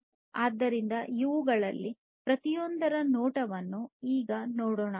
ಆದ್ದರಿಂದ ಇವುಗಳಲ್ಲಿ ಪ್ರತಿಯೊಂದರ ನೋಟವನ್ನು ಈಗ ನೋಡೋಣ